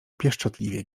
pieszczotliwie